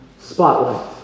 Spotlight